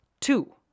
Two